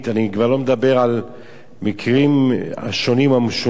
אני כבר לא מדבר על מקרים שונים ומשונים